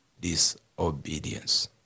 disobedience